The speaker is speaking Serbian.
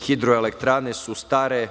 hidroelektrane su stare,